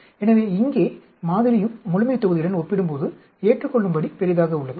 எனவே இங்கே மாதிரியும் முழுமைத்தொகுதியுடன் ஒப்பிடும்போது ஏற்றுகொள்ளும்படி பெரிதாக உள்ளது